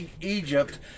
Egypt